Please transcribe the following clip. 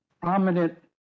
prominent